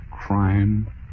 crime